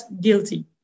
guilty